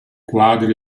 quadri